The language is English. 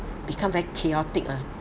become very chaotic lah